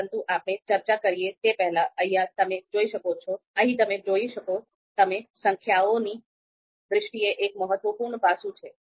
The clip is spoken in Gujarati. પરંતુ આપણે ચર્ચા કરીએ તે પહેલાં અહીં તમે જોઈ શકો તેમ સંખ્યાઓની દ્રષ્ટિએ એક મહત્વપૂર્ણ પાસું છે